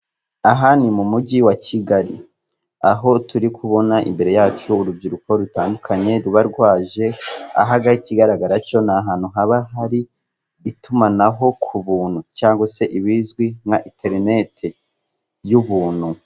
Aha ni mu mujyi wa Kigali aho turi kubona imbere yacu urubyiruko rutandukanye ruba rwaje aha ngaha ikigaragara cyo ni ahantu haba hari itumanaho ku buntu cyangwa se ibizwi nka interineti y'ubuntu.